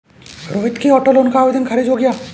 रोहित के auto loan का आवेदन खारिज हो गया